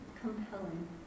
compelling